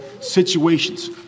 situations